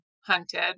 hunted